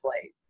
plate